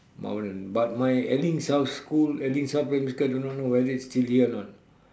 mount vernon but my Elling South school Elling South primary school I do not know whether it's still here or not